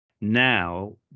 Now